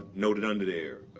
but noted under there,